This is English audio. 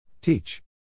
Teach